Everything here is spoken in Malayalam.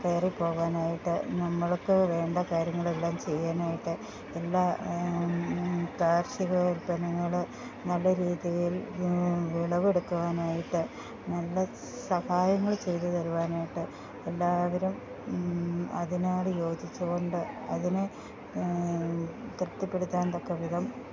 കയറി പോകാനായിട്ട് നമ്മൾക്ക് വേണ്ട കാര്യങ്ങൾ എല്ലാം ചെയ്യാനായിട്ട് എല്ലാ കാർഷിക ഉൽപ്പന്നങ്ങൾ നല്ല രീതിയിൽ വിളവെടുക്കുവാനായിട്ട് നല്ല സഹായങ്ങൾ ചെയ്ത് തരുവാനായിട്ട് എല്ലാവരും അതിനോട് യോജിച്ചു കൊണ്ട് അതിനെ തൃപ്ത്തിപ്പെടുത്താൻ തക്ക വിധം